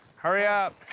hurry up.